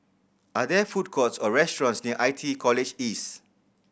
are there food courts or restaurants near I T E College East